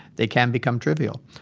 they can become trivial.